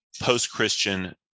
post-Christian